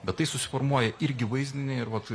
bet tai susiformuoja irgi vaizdiniai ir vat